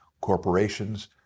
corporations